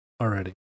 already